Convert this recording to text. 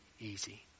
easy